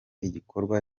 igikorwa